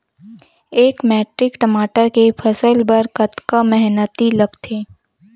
एक मैट्रिक टमाटर के फसल बर कतका मेहनती लगथे?